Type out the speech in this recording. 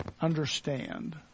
understand